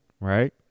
Right